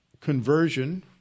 conversion